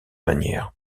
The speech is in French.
manière